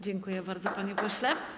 Dziękuję bardzo, panie pośle.